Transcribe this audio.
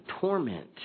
torment